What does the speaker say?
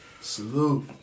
Salute